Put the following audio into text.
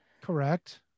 Correct